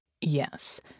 Yes